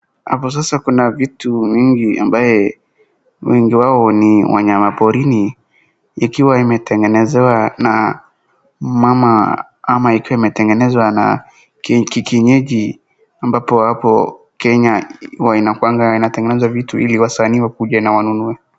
Hapo sasa kuna vitu mingi ambaye wengi wao ni wanyama porini ikiwa imetengenezewa na mmama ama ikiwa imetengenezewa na kienyeji ambapo hapo Kenya huwa inakuanga inatengeneza vitu ili wasanii wakuje na wanunue.